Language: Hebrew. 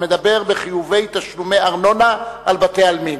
המדבר בחיוב תשלומי ארנונה על בתי-עלמין.